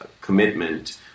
commitment